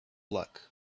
luck